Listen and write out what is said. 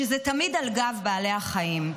שזה תמיד על גב בעלי החיים.